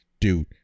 dude